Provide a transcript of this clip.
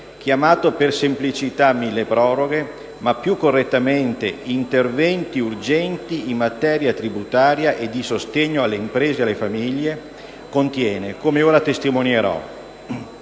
chiamato per semplicità milleproroghe, ma il cui titolo più correttamente è «interventi urgenti in materia tributaria e di sostegno alle imprese e alle famiglie» - contiene, come ora testimonierò.